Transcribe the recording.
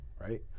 right